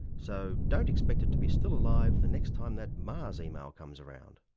so don't expect it to be still alive the next time that mars email comes around.